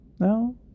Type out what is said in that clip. No